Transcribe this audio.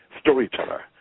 storyteller